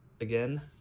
again